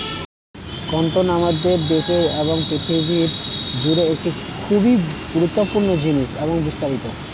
cotton আমাদের দেশে এবং পৃথিবী জুড়ে একটি খুবই গুরুত্বপূর্ণ জিনিস এবং বিস্তারিত